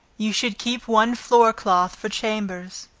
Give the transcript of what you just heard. you should keep one floor cloth for chambers,